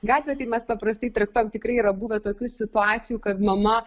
gatvėj tai mes paprastai traktuojam tikrai yra buvę tokių situacijų kad mama